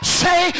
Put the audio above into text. say